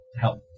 help